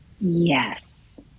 Yes